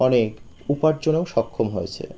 অনেক উপার্জনেও সক্ষম হয়েছে